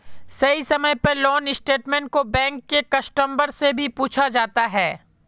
सही समय पर लोन स्टेटमेन्ट को बैंक के कस्टमर से भी पूछा जाता है